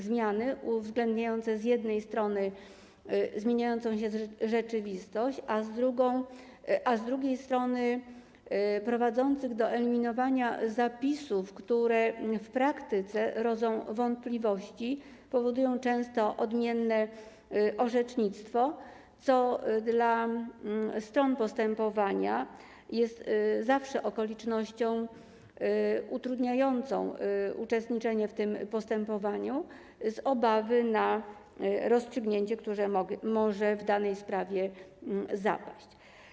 Zmiany uwzględniające z jednej strony zmieniającą się rzeczywistość, a z drugiej strony prowadzące do eliminowania zapisów, które w praktyce rodzą wątpliwości, powodują często odmienne orzecznictwo, co dla stron postępowania jest zawsze okolicznością utrudniającą uczestniczenie w tym postępowaniu z obawy o rozstrzygnięcie, które może w danej sprawie zapaść.